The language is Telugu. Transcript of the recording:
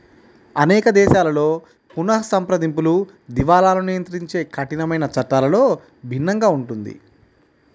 అనేక దేశాలలో పునఃసంప్రదింపులు, దివాలాను నియంత్రించే కఠినమైన చట్టాలలో భిన్నంగా ఉంటుంది